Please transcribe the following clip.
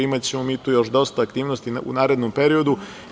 Imaćemo mi tu još dosta aktivnosti u narednom periodu.